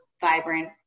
vibrant